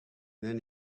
then